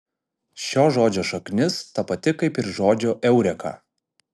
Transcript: šio žodžio šaknis ta pati kaip ir žodžio eureka